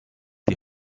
die